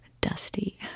dusty